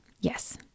Yes